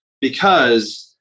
because-